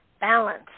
balance